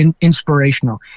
inspirational